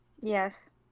yes